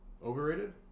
Overrated